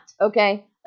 okay